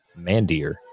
mandir